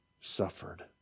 suffered